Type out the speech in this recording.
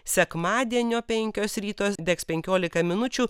sekmadienio penkios ryto degs penkiolika minučių